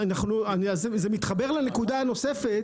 זה מתחבר לנקודה הנוספת